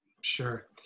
Sure